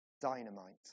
dynamite